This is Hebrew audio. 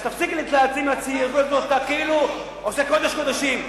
אז תפסיק, כאילו עושה קודש קודשים.